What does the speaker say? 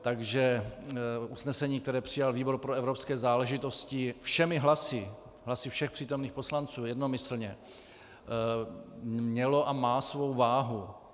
Takže usnesení, které přijal výbor pro evropské záležitosti všemi hlasy, hlasy všech přítomných poslanců, jednomyslně, mělo a má svou váhu.